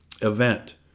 event